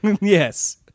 Yes